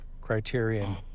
Criterion